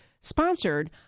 sponsored—